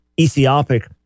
Ethiopic